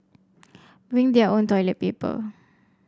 bring their own toilet paper